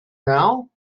now